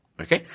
Okay